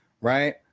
right